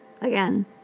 again